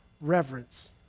reverence